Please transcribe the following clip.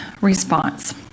response